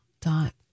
dot